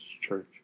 church